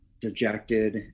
dejected